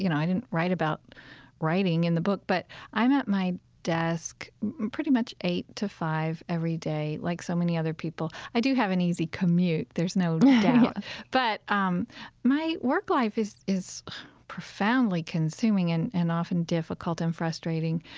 you know i didn't write about writing in the book. but i'm at my desk pretty much eight to five every day like so many other people. i do have an easy commute, there's no doubt yeah but um my work life is is profoundly consuming and and often difficult and frustrating.